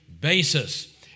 basis